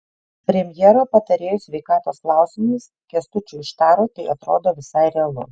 premjero patarėjui sveikatos klausimais kęstučiui štarui tai atrodo visai realu